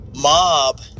mob